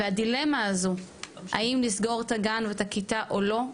והדילמה הזו האם נסגור את הגן ואת הכיתה או לא,